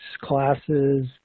classes